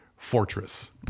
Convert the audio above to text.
fortress